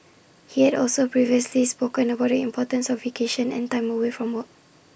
he had also previously spoken about the importance of vacation and time away from work